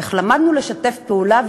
איך למדנו לשתף פעולה,